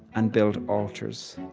and build altars.